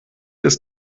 ist